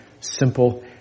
simple